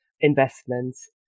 investments